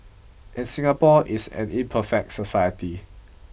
and Singapore is an imperfect society